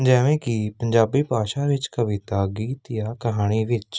ਜਿਵੇਂ ਕਿ ਪੰਜਾਬੀ ਭਾਸ਼ਾ ਵਿੱਚ ਕਵਿਤਾ ਗੀਤ ਜਾਂ ਕਹਾਣੀ ਵਿੱਚ